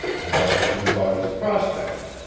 and asked him about his prospects,